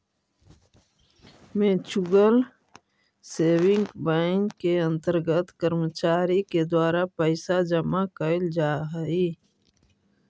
mutual saving bank के अंतर्गत कर्मचारी के द्वारा पैसा जमा कैल जा हइ